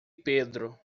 pedro